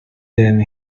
then